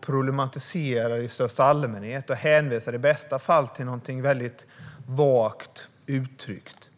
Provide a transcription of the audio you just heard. problematiserar mest i största allmänhet. I bästa fall hänvisar man till något vagt uttryckt.